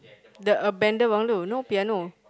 the abandoned bungalow no piano